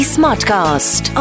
Smartcast